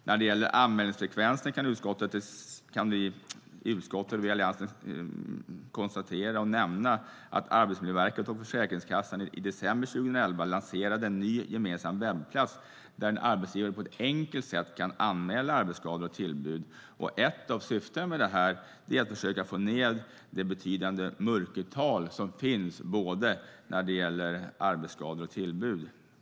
När det gäller anmälningsfrekvensen kan vi alliansledamöter i utskottet konstatera och nämna att Arbetsmiljöverket och Försäkringskassan i december 2011 lanserade en ny gemensam webbplats. Där kan en arbetsgivare enkelt anmäla arbetsskador och tillbud. Ett av syftena med detta är att försöka få ned de betydande mörkertalen avseende både arbetsskador och tillbud.